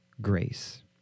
grace